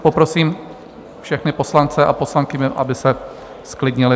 Poprosím všechny poslance a poslankyně, aby se zklidnili.